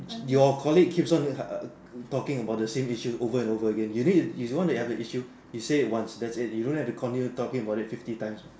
your colleague keeps on err talking about the same issue over and over again you need you know the other issue you say it once that's it don't have to continue talking about it fifty times